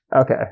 Okay